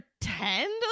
pretend